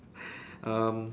um